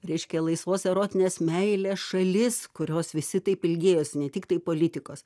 reiškia laisvos erotinės meilės šalis kurios visi taip ilgėjosi ne tiktai politikos